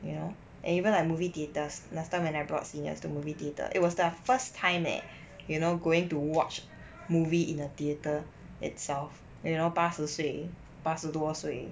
you know even like movie theatres last time when I brought seniors to movie theatre it was the first time leh you know going to watch movie in the theatre itself you know 八十岁八十多岁